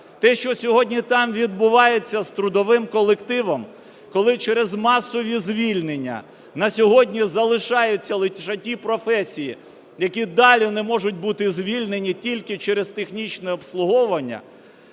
Те, що сьогодні там відбувається з трудовим колективом, коли через масові звільнення на сьогодні залишаються лише ті професії, які далі не можуть бути звільнені тільки через технічне обслуговування,